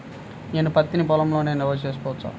నేను పత్తి నీ పొలంలోనే నిల్వ చేసుకోవచ్చా?